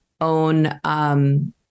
own